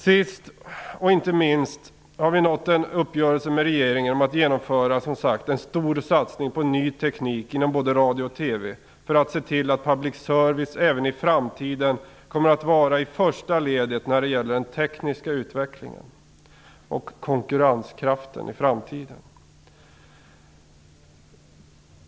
Sist men inte minst har vi nått en uppgörelse med regeringen om att genomföra en stor satsning på ny teknik inom både radio och TV, för att se till att public service även i framtiden kommer att vara i första ledet när det gäller den tekniska utvecklingen och konkurrenskraften i framtiden.